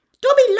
Dobby